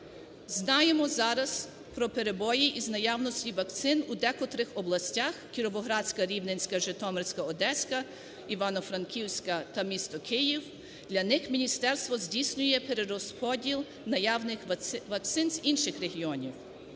Знаємо зараз про перебої із наявності вакцин у декотрих областях: Кіровоградська, Рівненська, Житомирська, Одеська, Івано-Франківська та місто Київ, для них міністерство здійснює перерозподіл наявних вакцин з інших регіонів.